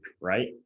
right